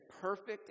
perfect